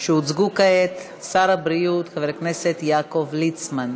שהוצגו כעת שר הבריאות יעקב ליצמן.